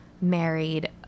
married